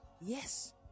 Yes